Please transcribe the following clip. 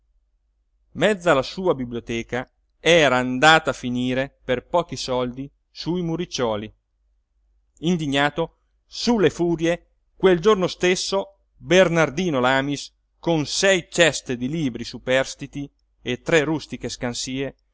mezza la sua biblioteca era andata a finire per pochi soldi sui muricciuoli indignato su le furie quel giorno stesso bernardino lamis con sei ceste di libri superstiti e tre rustiche scansie